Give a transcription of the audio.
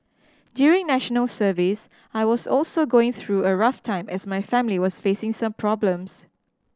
during National Service I was also going through a rough time as my family was facing some problems